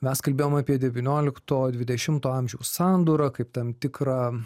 mes kalbėjom apie devyniolikto dvidešimto amžiaus sandūrą kaip tam tikrą